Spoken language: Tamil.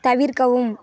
தவிர்க்கவும்